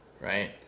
right